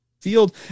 field